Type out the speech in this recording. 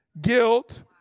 guilt